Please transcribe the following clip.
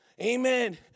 Amen